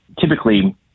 typically